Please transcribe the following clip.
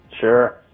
Sure